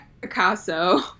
Picasso